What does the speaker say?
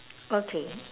okay